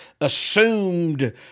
assumed